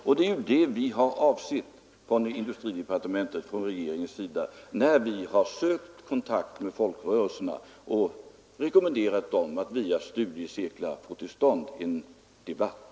Och det är det vi har avsett från industridepartementets och regeringens sida när vi har sökt kontakt med folk rörelserna och rekommenderat dem att via studiecirklar få till stånd en debatt.